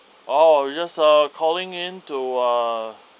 oh just uh calling in to ah